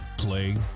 Play